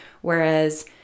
whereas